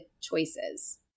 choices